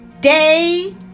day